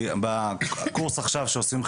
בקורס עכשיו שעושים,